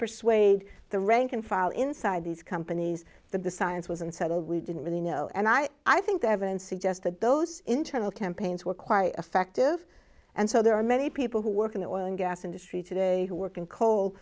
persuade the rank and file inside these companies that the science was unsettled we didn't really know and i i think the evidence suggests that those internal campaigns were quiet affective and so there are many people who work in the oil and gas industry today who work in coal